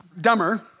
dumber